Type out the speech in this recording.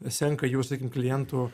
senka jų sakykim klientų